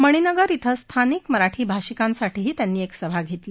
मणिनगर क्रें स्थानिक मराठी भाषकांसाठीही त्यांनी एक सभा घेतली